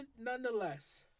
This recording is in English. nonetheless